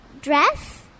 dress